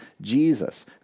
Jesus